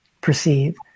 perceive